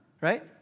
right